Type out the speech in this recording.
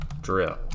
drill